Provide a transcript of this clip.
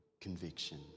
conviction